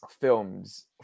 films